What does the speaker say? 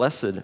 Blessed